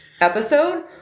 episode